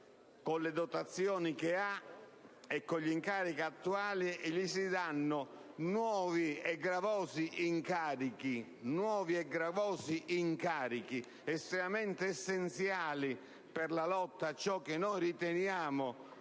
con le dotazioni che ha e con gli incarichi, attuali e gli si danno nuovi e gravosi incarichi, estremamente essenziali per la lotta a ciò che noi riteniamo